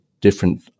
different